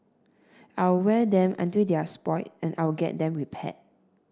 I'll wear them until they're spoilt and I'll get them repaired